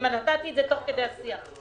בעניין הזה.